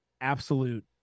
absolute